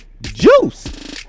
juice